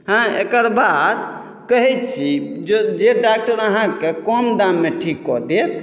हँ एकर बाद कहैत छी जे जे डॉक्टर अहाँके कम दाममे ठीक कऽ देत